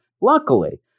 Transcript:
luckily